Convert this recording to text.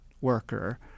worker